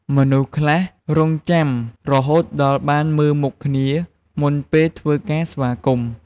មនុស្សខ្លះរង់ចាំរហូតដល់ បានមើលមុខគ្នា មុនពេលធ្វើការស្វាគមន៍។